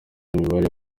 imibare